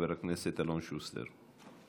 חבר הכנסת אלון שוסטר.